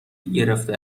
گرفته